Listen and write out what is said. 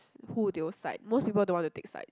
s~ who they will side most people don't want to take side